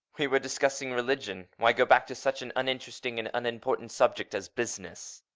we were discussing religion. why go back to such an uninteresting and unimportant subject as business?